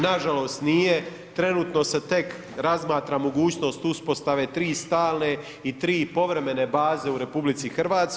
Nažalost nije, trenutno se tek razmatra mogućnost uspostave 3 stalne i 3 povremene baze u RH.